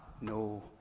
no